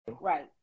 right